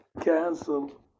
Cancel